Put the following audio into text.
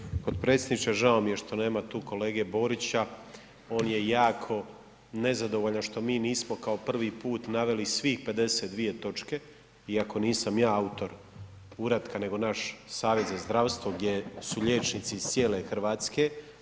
Poštovani potpredsjedniče, žao mi je što nema tu kolege Borića, on je jako nezadovoljan što mi nismo kao prvi put naveli svih 52 točke, iako nisam ja autor uratka nego naš savjet za zdravstvo gdje su liječnici iz cijele Hrvatske.